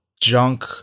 junk